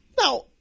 Now